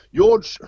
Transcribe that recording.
George